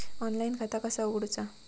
Online खाता कसा उगडूचा?